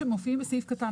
להיות מפקח,